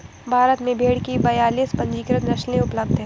भारत में भेड़ की बयालीस पंजीकृत नस्लें उपलब्ध हैं